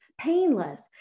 painless